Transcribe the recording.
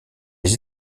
les